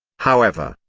however,